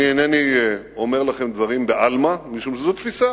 אני אינני אומר לכם דברים בעלמא, משום שזו תפיסה.